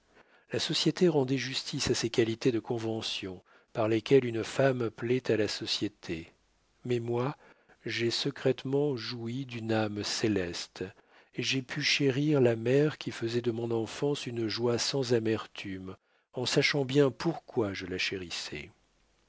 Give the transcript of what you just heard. la société rendait justice à ses qualités de convention par lesquelles une femme plaît à la société mais moi j'ai secrètement joui d'une âme céleste et j'ai pu chérir la mère qui faisait de mon enfance une joie sans amertume en sachant bien pourquoi je la chérissais